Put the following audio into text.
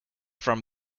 from